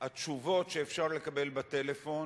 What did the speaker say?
התשובות שאפשר לקבל בטלפון